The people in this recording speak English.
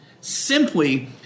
simply